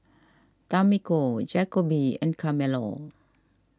Tamiko Jacoby and Carmelo